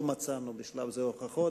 לא מצאנו בשלב זה הוכחות.